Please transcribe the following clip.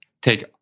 take